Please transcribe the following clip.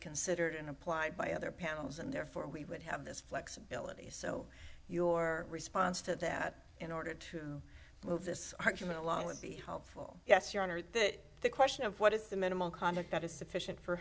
considered and applied by other pounds and therefore we would have this flexibility so your response to that in order to move this argument along would be helpful yes your honor that the question of what is the minimal conduct that is sufficient for